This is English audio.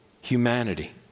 humanity